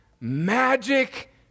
Magic